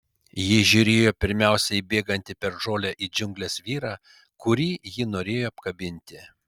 ji žiūrėjo pirmiausia į bėgantį per žolę į džiungles vyrą kurį ji norėjo apkabinti